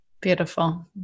Beautiful